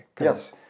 Yes